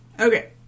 Okay